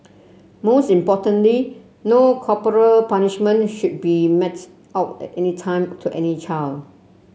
most importantly no corporal punishment should be metes out at any time to any child